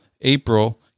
April